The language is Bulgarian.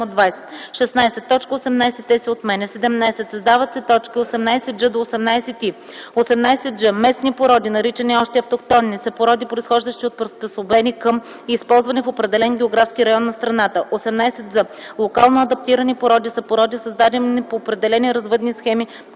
Създават се точки 18ж - 18н: